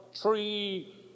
tree